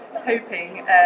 hoping